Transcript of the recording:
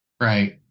Right